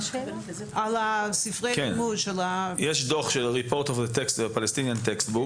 על ספרי הלימוד של --- יש דוח של Report on Palestinian Textbooks.